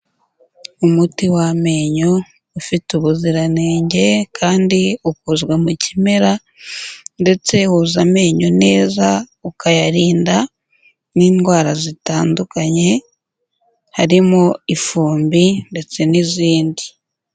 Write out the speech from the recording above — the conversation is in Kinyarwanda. Umuti w'amenyo ufite ubuziranenge kandi ukozwe mu kimera ndetse woza amenyo neza ukayarinda n'indwara zitandukanye harimo ifumbi ndetse n'izindi.